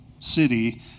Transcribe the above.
City